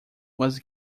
was